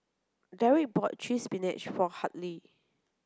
Dedrick bought Cheese Spinach for Hadley